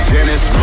Dennis